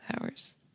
hours